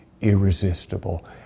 irresistible